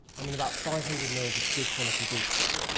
and then about five hundred mills of good quality beef stock.